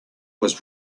was